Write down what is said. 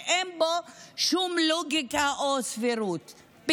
שאין בו שום לוגיקה או סבירות,